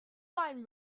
wine